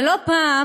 ולא פעם,